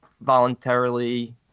voluntarily